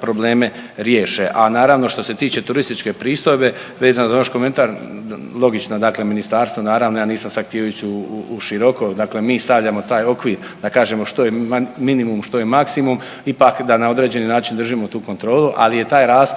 probleme riješe. A naravno što se tiče turističke pristojbe, vezano za vaš komentar logično dakle ministarstvo naravno ja nisam sad htio ići u široko, dakle mi stavljamo taj okvir da kažemo što je minimum, što je maksimum ipak da na određeni način držimo tu kontrolu ali je taj raspon